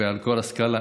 על כל הסקאלה,